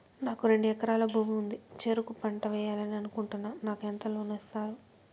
నాకు రెండు ఎకరాల భూమి ఉంది, చెరుకు పంట వేయాలని అనుకుంటున్నా, నాకు ఎంత లోను ఇస్తారు?